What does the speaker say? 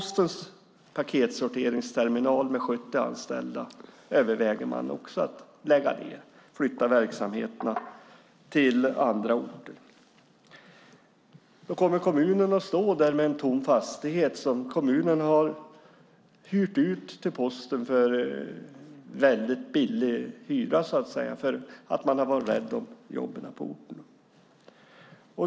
Man överväger också att flytta verksamheterna från Postens paketsorteringsterminal med 70 anställda till andra orter. Då kommer kommunen att stå där med en tom fastighet som kommunen hyr ut till Posten för en väldigt billig hyra för att man varit rädd om jobben på orten.